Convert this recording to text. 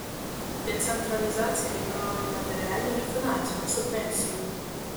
decentralizacija reikalauja ir materialinių ir finansinių subvencijų